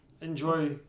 Enjoy